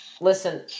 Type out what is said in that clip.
listen